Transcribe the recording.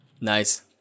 Nice